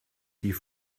die